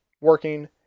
working